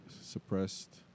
suppressed